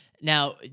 Now